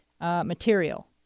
material